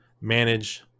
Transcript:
manage